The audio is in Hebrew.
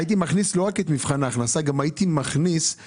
הייתי מכניס לא רק את מבחן ההכנסה אלא יכול